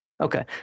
Okay